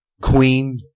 Queen